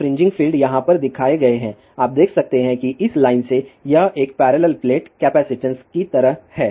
fringing field यहाँ पर दिखाए गए हैं आप देख सकते हैं कि इस लाइन से यह एक पैरेलल प्लेट कपैसिटंस की तरह है